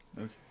Okay